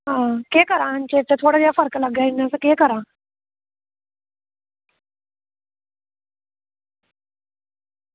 केह् करां हून थोह्ड़ा जेहा फर्क लग्गे ते केह् करां हून